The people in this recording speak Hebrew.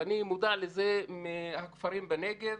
ואני יודע את זה מהכפרים בנגב.